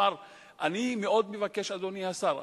אני מאוד מבקש, אדוני השר,